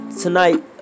tonight